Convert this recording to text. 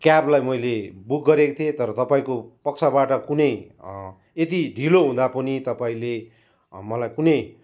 क्याबलाई मैले बुक गरेको थिएँ तर तपाईँको पक्षबाट कुनै यति ढिलो हुँदा पनि तपाईँले मलाई कुनै